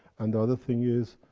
and the other thing is,